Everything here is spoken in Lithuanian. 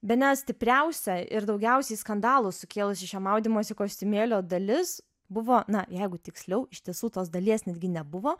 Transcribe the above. bene stipriausia ir daugiausiai skandalų sukėlusi šio maudymosi kostiumėlio dalis buvo na jeigu tiksliau iš tiesų tos dalies netgi nebuvo